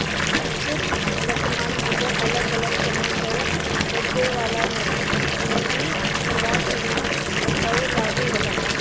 शुद्ध वर्तमान मूल्य अगल अलग समय पअ होखे वाला नगदी प्रवाह सीमा पअ लागू होला